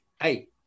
Hey